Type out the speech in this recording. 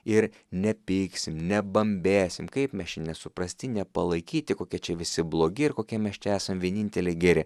ir nepyksim nebambėsim kaip mes čia nesuprasti nepalaikyti kokia čia visi blogi ir kokie mes čia esam vieninteliai geri